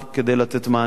כדי לתת מענה,